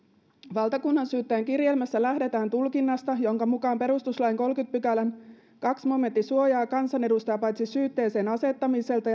valtakunnansyyttäjän kirjelmässä lähdetään tulkinnasta jonka mukaan perustuslain kolmannenkymmenennen pykälän toinen momentti suojaa kansanedustajaa paitsi syytteeseen asettamiselta